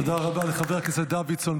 תודה רבה לחבר הכנסת דוידסון.